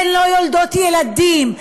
הן לא יולדות ילדים,